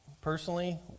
personally